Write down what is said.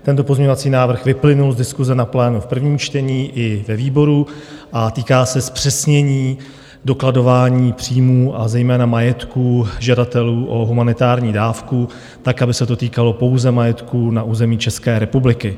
Tento pozměňovací návrh vyplynul z diskuse na plénu v prvním čtení i ve výboru a týká se zpřesnění dokladování příjmů, a zejména majetků žadatelů o humanitární dávku, aby se to týkalo pouze majetků na území České republiky.